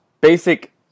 basic